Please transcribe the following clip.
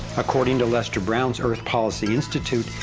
according to lester brown's earth policy institute,